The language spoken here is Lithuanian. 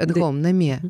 at home namie